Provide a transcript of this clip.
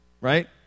right